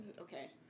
Okay